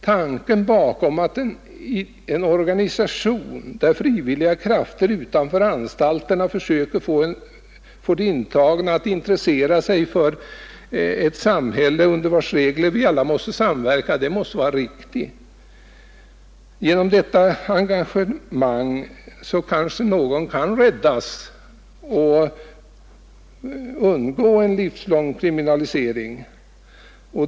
Tanken bakom denna organisation, där frivilliga krafter utanför anstalterna försöker få de intagna att intressera sig för ett samhälle under vars regler vi alla måste samverka, måste vara riktig. Genom detta engagemang kanske någon kan räddas och undgå en livslång kriminalisering.